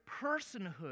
personhood